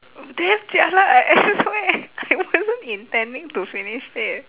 damn jialat I acci~ I wasn't intending to finished it